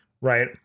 right